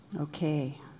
Okay